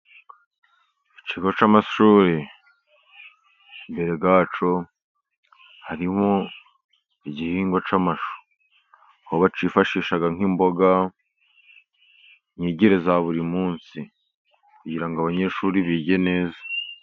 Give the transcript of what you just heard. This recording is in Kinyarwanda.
Ikigo cy'amashuri, imbere yacyo harimo igihingwa cy'amashu. Aho bakifashisha nk'imboga, mu myigire ya buri munsi, kugira ngo abanyeshuri bige neza.